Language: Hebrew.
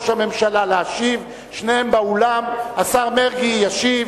הממשלה, אדוני השר, רבותי השרים,